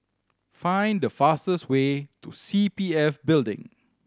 find the fastest way to C P F Building